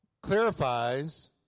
clarifies